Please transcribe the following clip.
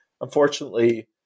unfortunately